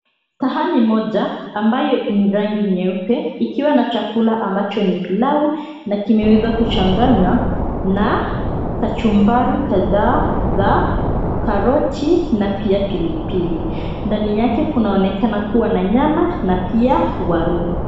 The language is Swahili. Sahani moja ambayo ni rangi nyeupe ikiwa na chakula ambacho ni pilau na kimeweza kuchanganywa na kachumbari kadhaa za karoti na pia pilipili. Ndani yake kunaonekana kuwa na nyama na pia waru .